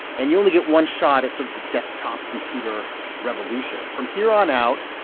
and you only get one shot at sort of the desktop computer revolution. from here on out,